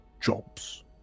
jobs